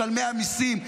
משלמי המיסים,